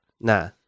Nah